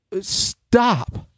stop